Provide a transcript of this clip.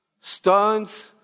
stones